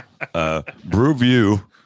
Brewview